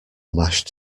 mashed